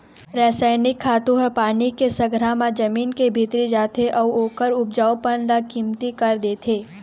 रसइनिक खातू ह पानी के संघरा म जमीन के भीतरी जाथे अउ ओखर उपजऊपन ल कमती कर देथे